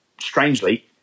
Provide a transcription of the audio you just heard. strangely